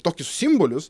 tokius simbolius